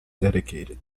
dedicated